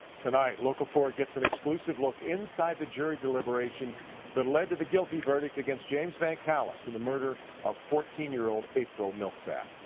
tonight, local four gets an exclusive look inside the jury deliberations that led to the guilty verld against james vancallis in the murder of fourteen year old april millsap.